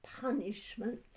punishment